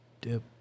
Dip